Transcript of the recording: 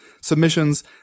submissions